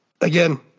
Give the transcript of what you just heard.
Again